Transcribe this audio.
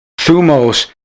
Thumos